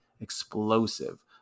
explosive